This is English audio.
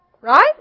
right